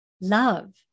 Love